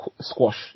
squash